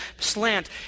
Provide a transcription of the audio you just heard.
slant